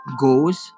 goes